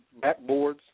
backboards